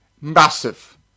massive